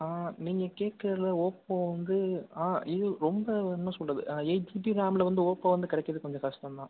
நீங்கள் கேட்குறதுல ஓப்போ வந்து இது ரொம்ப என்ன சொல்கிறது எயிட் ஜிபி ரேம்ல வந்து ஓப்போ வந்து கிடைக்கிறது கொஞ்சம் கஷ்டம் தான்